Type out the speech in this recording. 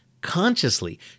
consciously